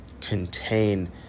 contain